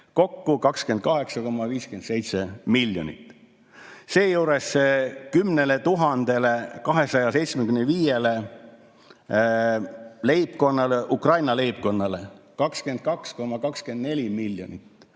kokku 28,57 miljonit, seejuures 10 275‑le Ukraina leibkonnale 22,24 miljonit